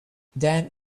then